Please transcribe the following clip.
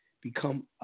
become